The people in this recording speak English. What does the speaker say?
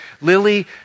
Lily